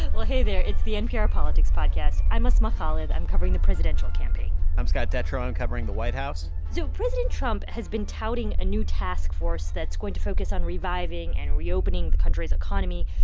well hey there. it's the npr politics podcast i'm asma khalid. i'm covering the presidential campaign i'm scott detrow. i'm covering the white house so president trump has been touting a new task force that's going to focus on reviving and reopening the country's economy.